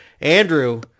Andrew